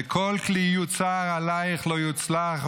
ו"כל כלי יוצר עליך לא יצלח,